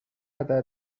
هدر